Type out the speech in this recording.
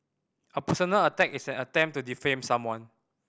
a personal attack is an attempt to defame someone